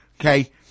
okay